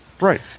right